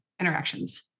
interactions